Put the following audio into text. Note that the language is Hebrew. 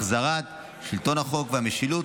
החזרת שלטון החוק והמשילות,